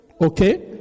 Okay